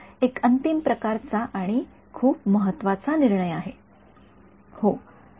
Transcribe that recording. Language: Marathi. एक अंतिम प्रकारचा आणि खूप महत्वाचा निर्णय आहे